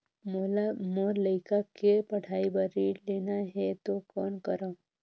मोला मोर लइका के पढ़ाई बर ऋण लेना है तो कौन करव?